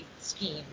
scheme